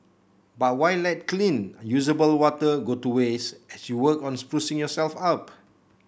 but why let clean usable water go to waste as you work on sprucing yourself up